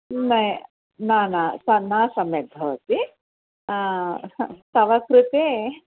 न न न सः न सम्यक् भवति तव कृते